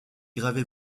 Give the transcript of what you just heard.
gravée